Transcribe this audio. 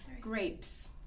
grapes